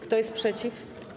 Kto jest przeciw?